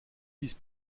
vice